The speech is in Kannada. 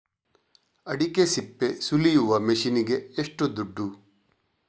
ಅಡಿಕೆ ಸಿಪ್ಪೆ ಸುಲಿಯುವ ಮಷೀನ್ ಗೆ ಏಷ್ಟು ದುಡ್ಡು?